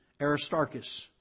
Aristarchus